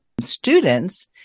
students